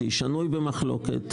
שנוי במחלוקת,